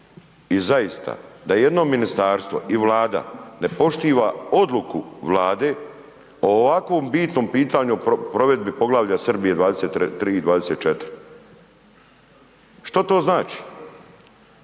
I zaista da jedno ministarstvo i Vlada ne poštiva odluku Vlade o ovakvom bitnom pitanju o provedbi Poglavlja Srbije 23 i 24. Što to znači?